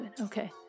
Okay